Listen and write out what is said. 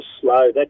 slow